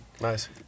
Nice